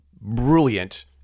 brilliant